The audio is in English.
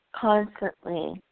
constantly